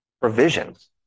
provisions